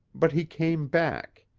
but he came back.